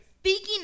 Speaking